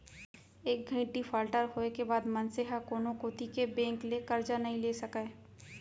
एक घइत डिफाल्टर होए के बाद मनसे ह कोनो कोती के बेंक ले करजा नइ ले सकय